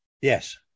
Yes